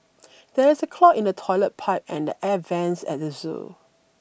there is a clog in the toilet pipe and the air vents at the zoo